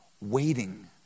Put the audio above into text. waiting